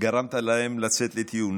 גרמת להם לצאת לטיול.